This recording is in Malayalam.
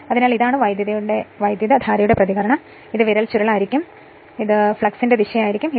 അതിനാൽ ഇതാണ് വൈദ്യുതധാരയുടെ പ്രതികരണം ഇത് വിരൽ ചുരുളായിരിക്കും ഇത് ഫ്ലക്സിന്റെ ദിശയായിരിക്കും